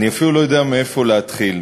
אני אפילו לא יודע מאיפה להתחיל.